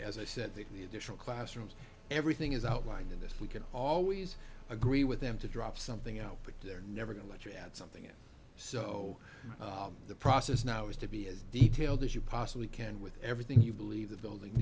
as i said they can be additional classrooms everything is outlined in this we can always agree with them to drop something out but they're never going to add something it so the process now is to be as detailed as you possibly can with everything you believe the building